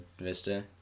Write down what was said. Vista